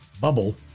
bubble